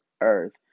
earth